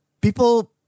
people